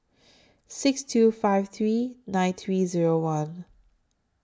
six two five three nine three Zero one